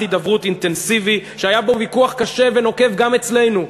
הידברות אינטנסיבי שהיה בו ויכוח קשה ונוקב גם אצלנו,